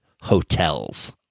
hotels